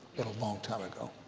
and a long time ago.